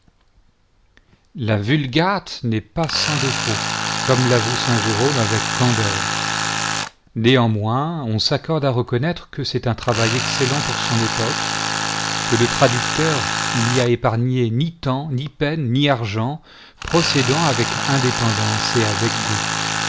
la vulgate n'est pas sans défaut comme l'avoue saint jérôme avec candeur néanmoins on s'accorde à reconnaître que c'est un travail excellent pour son époque que le traducteur n'y a épargné ni temps ni peine ni argent procédant avec indépendance et avec goût